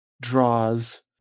draws